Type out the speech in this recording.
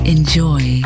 Enjoy